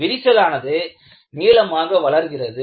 விரிசலானது நீளமாக வளர்கிறது